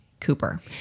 Cooper